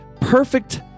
perfect